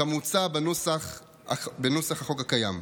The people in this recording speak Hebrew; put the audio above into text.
כמוצע בנוסח החוק הקיים.